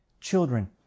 children